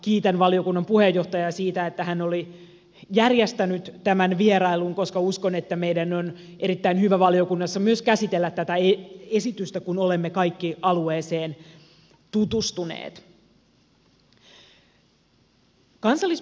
kiitän valiokunnan puheenjohtajaa siitä että hän oli järjestänyt tämän vierailun koska uskon että meidän on erittäin hyvä valiokunnassa myös käsitellä tätä esitystä kun olemme kaikki alueeseen tutustuneet